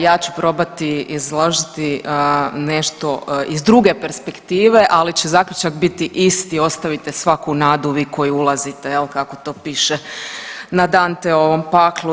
Ja ću probati izložiti nešto iz druge perspektive, ali će zaključak biti isti, ostavite svaku nadu vi koji ulazite kako to piše da Danteovom Paklu.